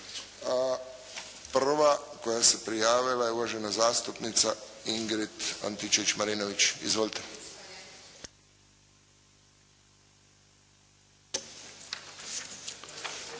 Prva koja se prijavila je uvažena zastupnica Ingrid Antičević-Marinović. Izvolite.